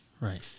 Right